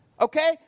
Okay